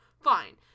fine